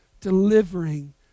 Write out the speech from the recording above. delivering